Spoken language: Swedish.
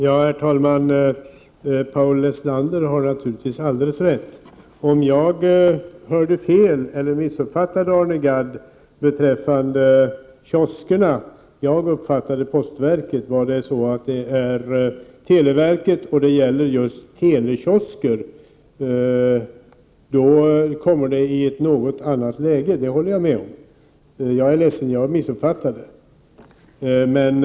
Herr talman! Paul Lestander har naturligtvis alldeles rätt. Antingen hörde jag fel eller också missuppfattade jag Arne Gadd beträffande kioskerna. Jag uppfattade det som att han talade om postverket, om det var fråga om televerket och telekiosker, kommer frågan i ett något annat läge, det håller jag med om. Jag är ledsen att jag missuppfattade det.